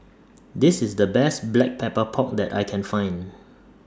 This IS The Best Black Pepper Pork that I Can Find